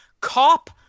cop